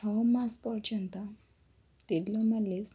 ଛଅମାସ ପର୍ଯ୍ୟନ୍ତ ତେଲ ମାଲିସ୍